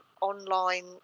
online